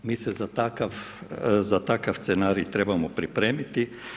Mi se za takav scenarij trebamo pripremiti.